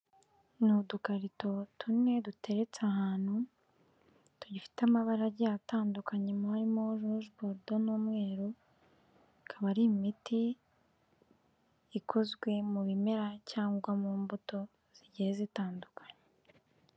Ni udukarito tune duteretse ahantu, tugifite amabara agiye atandukanye, harimo ruje borodo n'umweru, akaba ari imiti ikozwe mu bimera cyangwa mu mbuto zigiye zitandukanye.